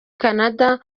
canada